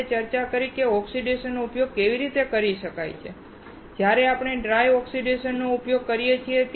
આપણે ચર્ચા કરી કે ઓક્સિડેશનનો ઉપયોગ કેવી રીતે કરી શકાય અને જ્યાં આપણે ડ્રાય ઓક્સિડેશનનો ઉપયોગ કરીએ છીએ